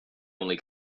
only